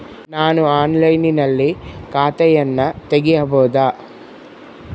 ನಾನು ಆನ್ಲೈನಿನಲ್ಲಿ ಖಾತೆಯನ್ನ ತೆಗೆಯಬಹುದಾ?